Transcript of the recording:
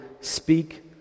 speak